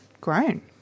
grown